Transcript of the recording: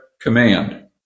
command